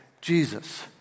Jesus